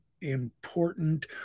important